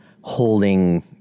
holding